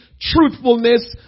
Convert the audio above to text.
truthfulness